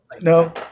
No